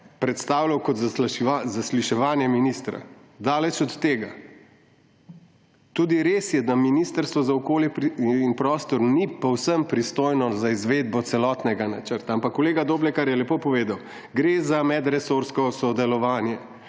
predstavljal kot zasliševanje ministra. Daleč od tega. Tudi res je, da Ministrstvo za okolje in prostor ni povsem pristojno za izvedbo celotnega načrta, ampak kolega Doblekar je lepo povedal, gre za medresorsko sodelovanje